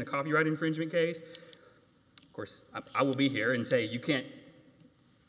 a copyright infringement case of course i will be here and say you can't